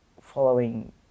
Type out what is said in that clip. following